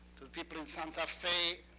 to the people in santa fe,